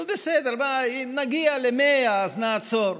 נו, בסדר, מה, נגיע ל-100, אז נעצור.